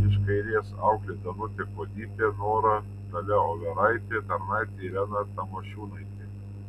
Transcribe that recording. iš kairės auklė danutė kuodytė nora dalia overaitė tarnaitė irena tamošiūnaitė